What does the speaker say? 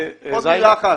עוד מילה אחת.